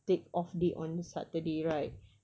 take off day on saturday right